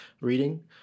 reading